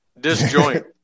Disjoint